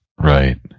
Right